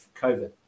COVID